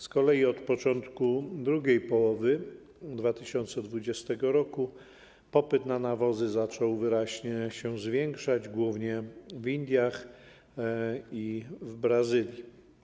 Z kolei od początku drugiej połowy 2020 r. popyt na nawozy wyraźnie się zwiększać, głównie w Indiach i Brazylii.